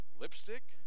lipstick